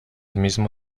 mismo